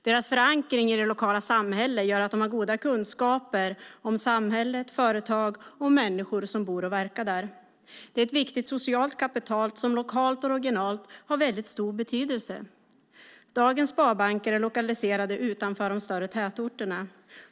Deras förankring i det lokala samhället gör att de har goda kunskaper om samhället och om de företag och människor som bor och verkar där. Det är ett viktigt socialt kapital som lokalt och regionalt har stor betydelse. Dagens sparbanker är lokaliserade utanför de större tätorterna.